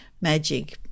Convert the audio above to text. magic